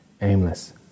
aimless